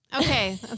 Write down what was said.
Okay